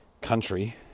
country